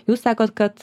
jūs sakot kad